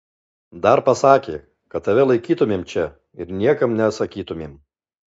dar pasakė kad tave laikytumėm čia ir niekam nesakytumėm